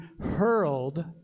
hurled